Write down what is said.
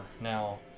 now